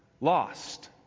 lost